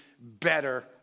better